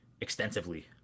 extensively